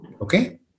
okay